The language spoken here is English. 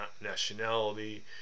nationality